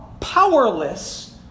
Powerless